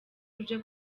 uje